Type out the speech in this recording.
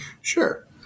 Sure